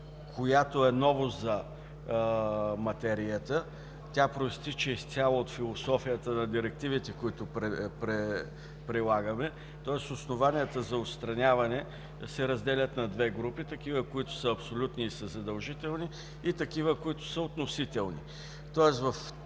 която е новост за материята. Тя произтича изцяло от философията на директивите, които прилагаме. Основанията за отстраняване се разделят на две групи – такива, които са абсолютни и задължителни, и такива, които са относителни. В такива